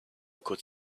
could